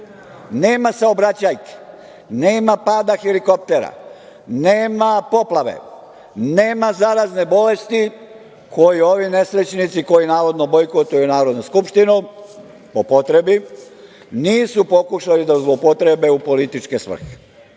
nema saobraćajke, nema pada helikoptera, nema poplave, nema zarazne bolesti koju ovi nesrećnici koji navodno bojkotuju Narodnu skupštinu, po potrebi, nisu pokušali da zloupotrebe u političke svrhe.